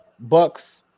Bucks